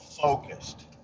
focused